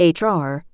HR